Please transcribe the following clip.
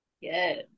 Yes